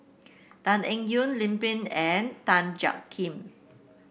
Tan Eng Yoon Lim Pin and Tan Jiak Kim